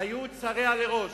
היו שריה לראש.